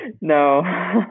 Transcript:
No